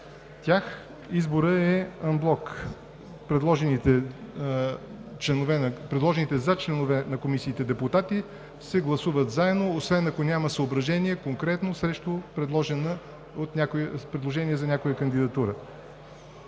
тях изборът е анблок, предложените за членове на комисиите депутати се гласуват заедно, освен ако няма съображения конкретно срещу предложение за някоя кандидатура.